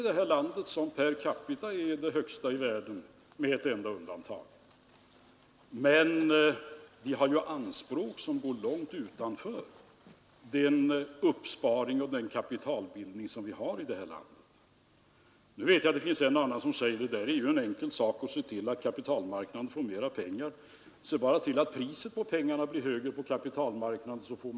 De 3,5 miljarder som vi hade i underskott åren 1968 och 1970 har vi återvunnit, och vi har skaffat oss ett överskott i bytesbalansen, beräknad till en halv miljard om året under de senaste åren. Vi skall bygga ett staket ovanför stupet, säger herr Helén, i stället för att bygga sjukhus där nedanför.